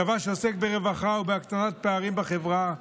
צבא שעוסק ברווחה ובהקטנת פערים בחברה,